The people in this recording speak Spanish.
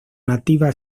nativa